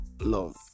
love